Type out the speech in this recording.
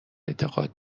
اعتقاد